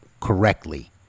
correctly